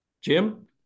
Jim